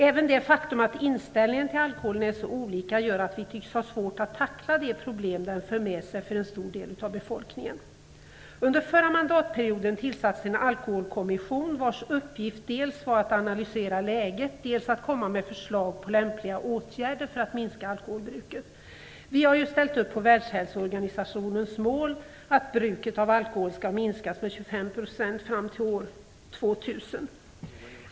Även det faktum att inställningen till alkoholen är så olika gör att vi tycks ha svårt att tackla de problem som den för med sig för en stor del av befolkningen. Under förra mandatperioden tillsattes en alkoholkommission vars uppgift var att dels analysera läget, dels komma med förslag på lämpliga åtgärder för att minska alkoholbruket. Vi har ju ställt upp på Världshälsoorganisationens mål att bruket av alkohol skall minska med 25 % fram till år 2000.